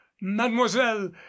mademoiselle